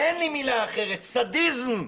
אין לי מילה אחרת, סדיזם.